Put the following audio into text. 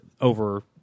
over